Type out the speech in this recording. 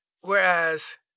Whereas